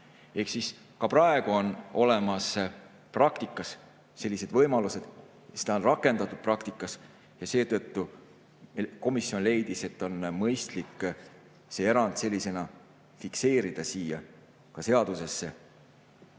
kohta. Ka praegu on olemas praktikas sellised võimalused, seda on rakendatud praktikas ja seetõttu komisjon leidis, et on mõistlik see erand sellisena fikseerida siia seadusesse.